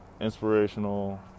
inspirational